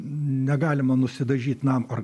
negalima nusidažyti namą ar